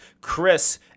Chris